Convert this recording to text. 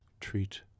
treat